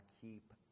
keep